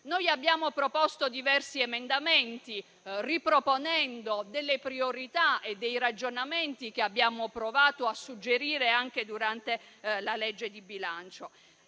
Noi abbiamo proposto diversi emendamenti, riproponendo delle priorità e dei ragionamenti, che abbiamo provato a suggerire anche durante la legge di bilancio.